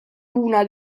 una